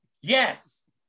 Yes